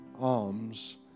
alms